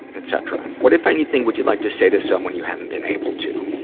etcetera. what, if anything, would you like to say to someone you haven't been able to?